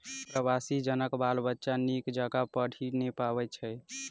प्रवासी जनक बाल बच्चा नीक जकाँ पढ़ि नै पबैत छै